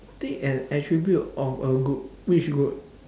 take an attribute of a group which group